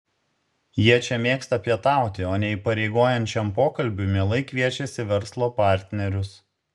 jie čia mėgsta pietauti o neįpareigojančiam pokalbiui mielai kviečiasi verslo partnerius